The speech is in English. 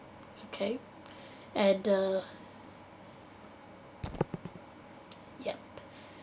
okay and uh yup